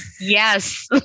Yes